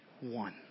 one